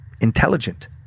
intelligent